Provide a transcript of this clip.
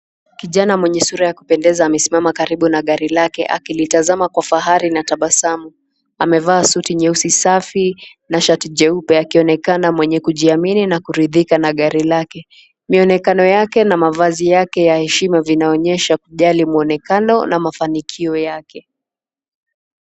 Kijana mwenye sura ya kupendeza amesimama karibu na gari lake akilitazama kwa fahari na tabasamu. Amevaa suti nyeusi safi na shati jeupe akionekana mwenye kujiamini na kuridhika na gari lake. Mionekano yake na mavazi yake ya heshima vinaonyesha kujali mwonekano na mafanikio yake.